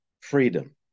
freedom